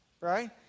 right